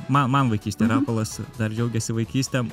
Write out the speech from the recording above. man man vaikystėje rapolas dar džiaugiasi vaikyste